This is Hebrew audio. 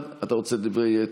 חבר הכנסת מיקי לוי?